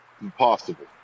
Impossible